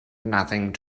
nothing